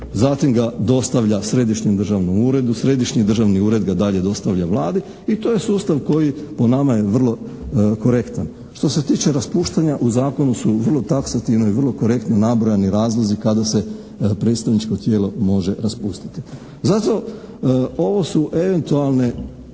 Zatim ga dostavlja Središnjem državnom uredu, Središnji državni ured ga dalje dostavlja Vladi i to je sustav koji po nama je vrlo korektan. Što se tiče raspuštanja, u Zakonu su vrlo taksativno i vrlo korektno nabrojani razlozi kada se predstavničko tijelo može raspustiti. Zato ovo su eventualne